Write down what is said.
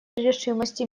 решимости